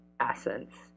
essence